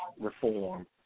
reform